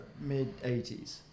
mid-80s